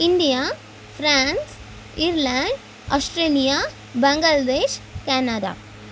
India France Ireland Australia Bangladesh Canada